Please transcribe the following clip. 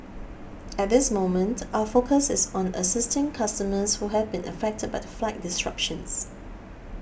at this moment our focus is on assisting customers who have been affected by the flight disruptions